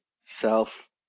self